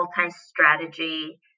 multi-strategy